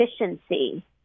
efficiency